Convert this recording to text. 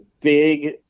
big